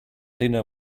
dinner